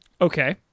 Okay